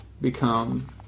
become